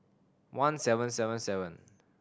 one seven seven seven